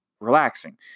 relaxing